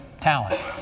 talent